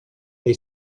they